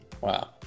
Wow